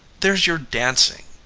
there's your dancing.